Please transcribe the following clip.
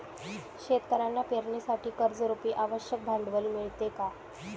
शेतकऱ्यांना पेरणीसाठी कर्जरुपी आवश्यक भांडवल मिळते का?